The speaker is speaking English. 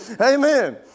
Amen